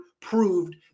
proved